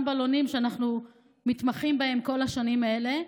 בלונים שאנחנו מתמחים בהם כל השנים האלה.